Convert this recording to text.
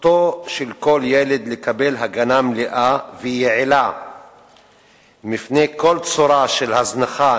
זכותו של כל ילד לקבל הגנה מלאה ויעילה מפני כל צורה של הזנחה,